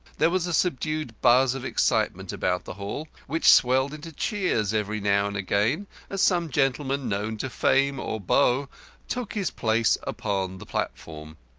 there was a subdued buzz of excitement about the hall, which swelled into cheers every now and again as some gentleman known to fame or bow took his place upon the platform.